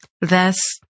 Thus